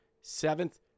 seventh